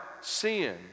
sin